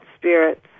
spirits